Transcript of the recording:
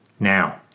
Now